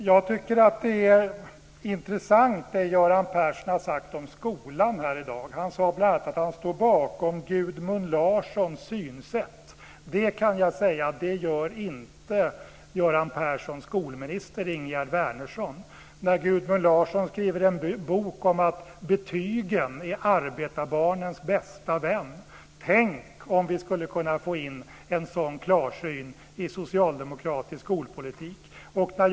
Herr talman! Jag tycker att det Göran Persson har sagt om skolan här i dag är intressant. Han sade bl.a. att han står bakom Gudmund Larssons synsätt. Jag kan säga att det gör inte Göran Perssons skolminister Ingegerd Wärnersson när Gudmund Larsson skriver en bok om att betygen är arbetarbarnens bästa vän. Tänk om vi skulle kunna få in en sådan klarsyn i socialdemokratisk skolpolitik!